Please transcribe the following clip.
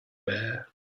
bare